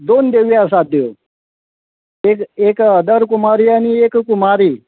दोन देवी आसात त्यो एक एक अदर कुमारी आनी एक कुमारी